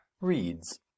reads